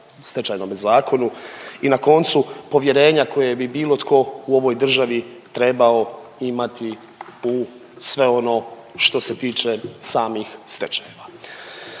Stečajnom zakonu i na koncu povjerenja koje bi bilo tko u ovoj državi trebao imati u sve ono što se tiče samih stečajeva.